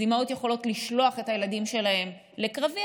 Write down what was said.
אז אימהות יכולות לשלוח את הילדים שלהן לקרבי